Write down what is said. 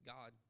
God